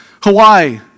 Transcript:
Hawaii